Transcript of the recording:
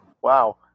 Wow